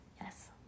Yes